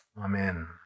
Amen